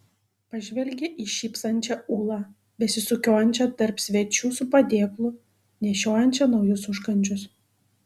pažvelgė į šypsančią ūlą besisukiojančią tarp svečių su padėklu nešiojančią naujus užkandžius